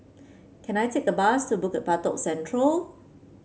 can I take a bus to Bukit Batok Central